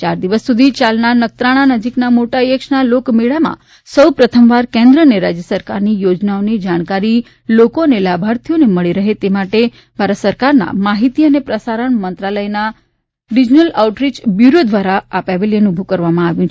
યાર દિવસ સુધી ચાલનારા નખત્રાણા નજીકના મોટાયક્ષના લોકમેળામાં સૌપ્રથમવાર કેન્દ્ર અને રાજ્ય સરકારની યોજનાઓની જાણકારી લોકો અને લાભાર્થીઓને મળી રહે તે માટે ભારત સરકારના માહિતી અને પ્રસારણ મંત્રાલયના રિઝલન આઉટરીય બ્યુરો દ્વારા પેવેલિયન ઊભું કરવામાં આવ્યું હતું